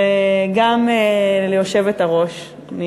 וגם ליושבת-ראש.